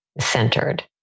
centered